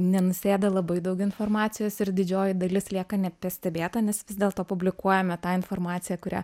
nenusėda labai daug informacijos ir didžioji dalis lieka nepastebėta nes vis dėlto publikuojame tą informaciją kurią